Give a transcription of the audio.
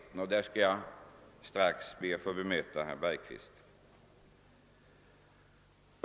I det sammanhanget skall jag strax be att få bemöta herr Bergqvist.